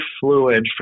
fluid